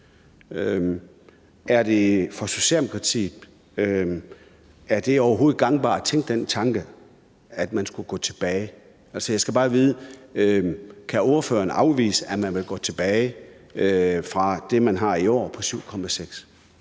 for Socialdemokratiet overhovedet gangbart at tænke den tanke, at man skulle gå tilbage? Altså, jeg skal bare vide: Kan ordføreren afvise, at man vil gå tilbage fra det, vi har i år på 7,6?